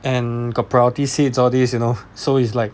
and got priority seats all these you know so it's like